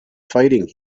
fighting